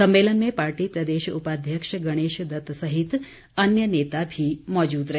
सम्मेलन में पार्टी प्रदेश उपाध्यक्ष गणेश दत्त सहित अन्य नेता भी मौजूद रहे